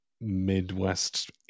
Midwest